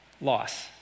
Loss